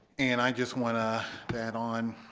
and i just want to add on.